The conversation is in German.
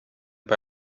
bei